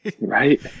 Right